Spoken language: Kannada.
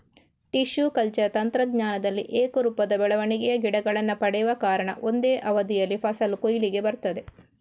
ಟಿಶ್ಯೂ ಕಲ್ಚರ್ ತಂತ್ರಜ್ಞಾನದಲ್ಲಿ ಏಕರೂಪದ ಬೆಳವಣಿಗೆಯ ಗಿಡಗಳನ್ನ ಪಡೆವ ಕಾರಣ ಒಂದೇ ಅವಧಿಯಲ್ಲಿ ಫಸಲು ಕೊಯ್ಲಿಗೆ ಬರ್ತದೆ